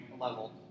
level